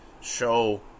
show